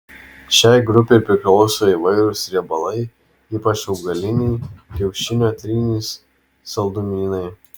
šiai grupei priklauso įvairūs riebalai ypač augaliniai kiaušinio trynys saldumynai